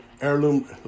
heirloom